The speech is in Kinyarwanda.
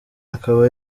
akaba